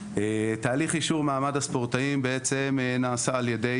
תהליך אישור מעמד הספורטאים נעשה על ידי